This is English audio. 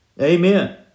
Amen